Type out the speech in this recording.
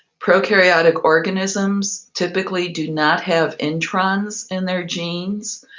prokaryotic organisms typically do not have introns in their genes,